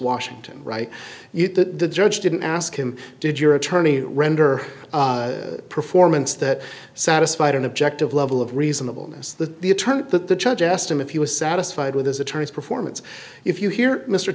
washington write that the judge didn't ask him did your attorney render a performance that satisfied an objective level of reasonable the attorney that the judge asked him if he was satisfied with his attorney's performance if you hear mr